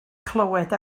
clywed